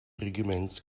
regiments